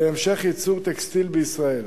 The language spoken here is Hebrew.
להמשך ייצור טקסטיל בישראל.